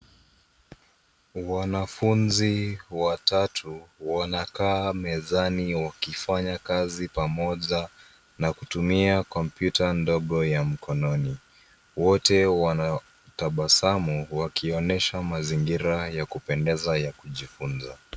Wanafunzi watatu, wanakaa mezani wakifanya kazi pamoja na kutumia kompyuta ndogo ya mkononi. Wote wanatabasamu wakionyesha mazingira ya kupendeza ya kujifunza.